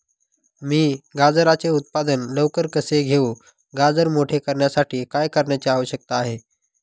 मी गाजराचे उत्पादन लवकर कसे घेऊ? गाजर मोठे करण्यासाठी काय करण्याची आवश्यकता आहे?